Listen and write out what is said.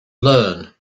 learn